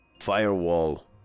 firewall